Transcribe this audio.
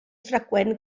freqüent